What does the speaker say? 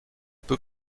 peu